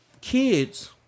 kids